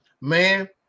Man